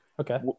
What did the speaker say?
Okay